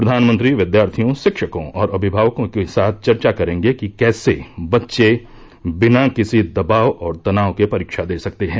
प्रधानमंत्री विद्यार्थियों रिक्तकों और अभिमावकों के साथ चर्चा करेंगे कि कैसे बच्चे बिना किसी दबाव और तनाव के परीक्षा दे सकते हैं